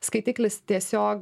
skaitiklis tiesiog